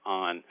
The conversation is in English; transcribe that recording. on